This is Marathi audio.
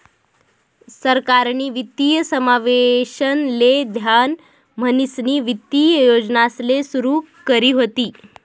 सरकारनी वित्तीय समावेशन ले ध्यान म्हणीसनी वित्तीय योजनासले सुरू करी व्हती